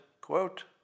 quote